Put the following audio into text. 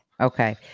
Okay